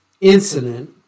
incident